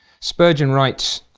spurgeon writes,